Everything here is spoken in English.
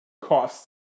costs